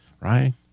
right